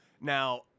Now